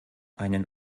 einen